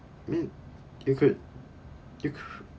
I mean you could you could